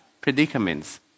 predicaments